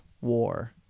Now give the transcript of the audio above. war